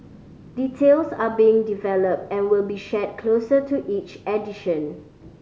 details are being developed and will be shared closer to each edition